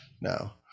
now